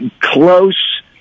close